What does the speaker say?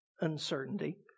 uncertainty